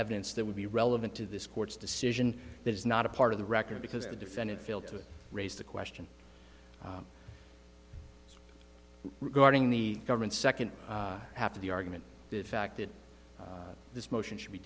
evidence that would be relevant to this court's decision that is not a part of the record because the defendant failed to raise the question regarding the government second half of the argument the fact that this motion should be